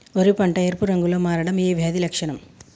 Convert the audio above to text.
వరి పంట ఎరుపు రంగు లో కి మారడం ఏ వ్యాధి లక్షణం?